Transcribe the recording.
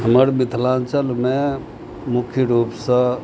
हमर मिथिलाञ्चलमे मुख्य रूपसँ